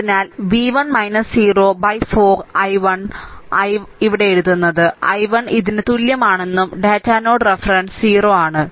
അതിനാൽ v 1 0 by 4 i 1 so i 1 ഞാൻ ഇവിടെ എഴുതുന്നത് i 1 ഇതിന് തുല്യമാണെന്ന് ഡേറ്റം നോഡ് റഫറൻസ് 0